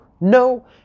No